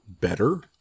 better